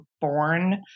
born